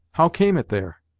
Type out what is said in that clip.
how came it there?